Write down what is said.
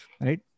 Right